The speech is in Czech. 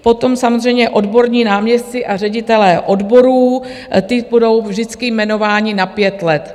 Potom samozřejmě odborní náměstci a ředitelé odborů budou vždycky jmenováni na 5 let.